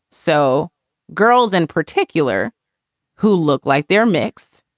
so girls in particular who look like they're mixed,